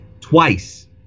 twice